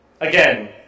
Again